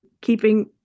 keeping